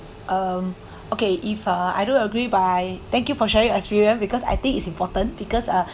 um okay if uh I do agree by thank you for sharing experience because I think it's important because ah